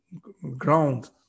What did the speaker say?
ground